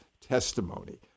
testimony